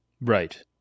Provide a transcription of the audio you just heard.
Right